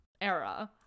era